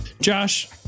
Josh